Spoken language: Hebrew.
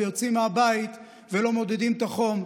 יוצאים מהבית ולא מודדים את החום.